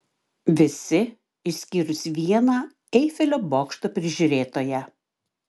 visi išskyrus vieną eifelio bokšto prižiūrėtoją